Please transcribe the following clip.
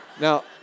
Now